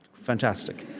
fantastic.